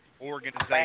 Organization